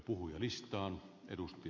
arvoisa puhemies